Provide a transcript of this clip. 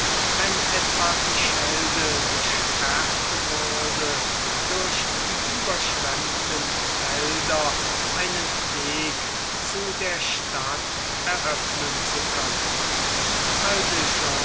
wenn etwa die schelde gesperrt würde durch die überschwemmten felder einen weg zu der stadt eröffnen zu können